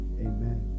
Amen